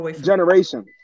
Generation